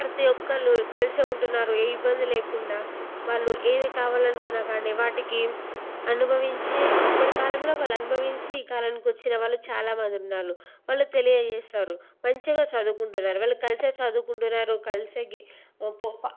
ప్రతి ఒక్కళ్ళు కలిసే ఉంటున్నారు ఏ ఇబ్బంది లేకుండా వాళ్ళు ఏది కావాలనుకున్నా కానీ వాటికి అనుభవించే అప్పటి కాలంలో వాళ్ళు అనుభవించి ఈ కాలానికొచ్చిన వాళ్ళు చాలామందున్నాళ్ళు వాళ్ళు తెలియజేస్తారు మంచిగా చదువుకుంటున్నారు వాళ్ళు కలిసే చదువుకుంటున్నారు కలిసే గీ ఓపోపా